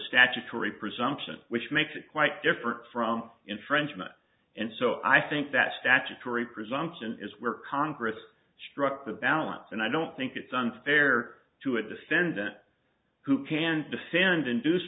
statutory presumption which makes it quite different from intrenchments and so i think that statutory presumption is where congress struck the balance and i don't think it's unfair to a defendant who can defend induce